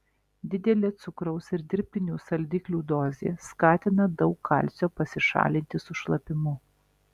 didelė cukraus ir dirbtinių saldiklių dozė skatina daug kalcio pasišalinti su šlapimu